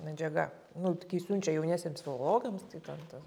medžiaga nu kai siunčia jauniesiems filologams tai ten tas